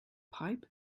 pipe